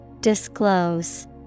Disclose